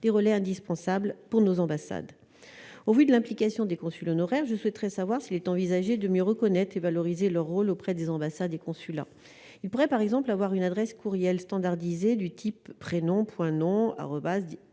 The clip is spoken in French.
des relais indispensable pour nos ambassades au vu de l'implication des consuls honoraires je souhaiterais savoir s'il est envisagé de me reconnaître et valoriser leur rôle auprès des ambassades et consulats il pourrait par exemple avoir une adresse courriel standardisée du type prénom Point